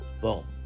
Boom